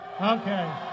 Okay